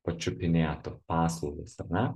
pačiupinėtų paslaugas ar ne